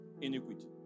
iniquity